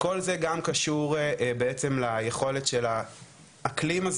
כל זה גם קשור בעצם ליכולת של האקלים הזה